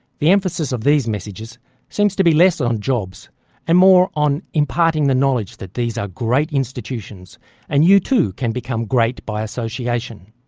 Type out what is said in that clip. the emphasis of these messages seems to be less on jobs and more on imparting the knowledge that these are great institutions and you too can become great by association,